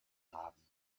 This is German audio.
haben